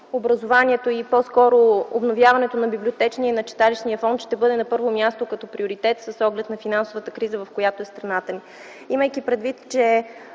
образованието и по-скоро обновяването на библиотечния и на читалищния фонд ще бъде на първо място като приоритет с оглед на финансовата криза, в която е страната ни.